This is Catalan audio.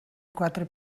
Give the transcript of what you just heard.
quatre